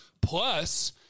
Plus